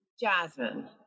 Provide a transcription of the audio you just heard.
Jasmine